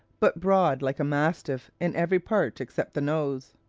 but broad like a mastiff in every part except the nose.